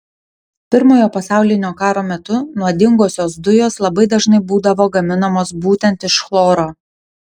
pirmojo pasaulinio karo metu nuodingosios dujos labai dažnai būdavo gaminamos būtent iš chloro